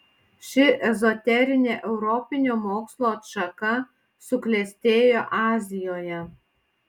ši ezoterinė europinio mokslo atšaka suklestėjo azijoje